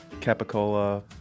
capicola